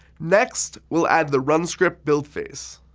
next, we'll add the run script build phase.